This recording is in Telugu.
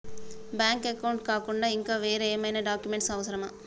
బ్యాంక్ అకౌంట్ కాకుండా ఇంకా వేరే ఏమైనా డాక్యుమెంట్స్ అవసరమా?